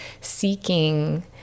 seeking